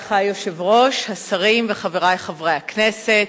היושב-ראש, תודה רבה לך, השרים וחברי חברי הכנסת,